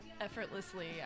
Effortlessly